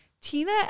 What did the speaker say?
Tina